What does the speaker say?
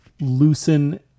loosen